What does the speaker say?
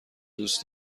دوست